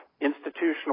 institutional